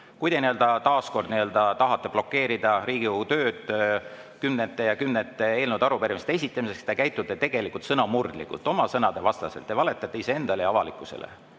Kui te taas tahate blokeerida Riigikogu tööd kümnete ja kümnete eelnõude ja arupärimiste esitamisega, siis te käitute tegelikult sõnamurdlikult, oma sõnade vastaselt. Te valetasite iseendale ja avalikkusele.